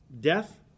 death